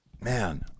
Man